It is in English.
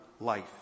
life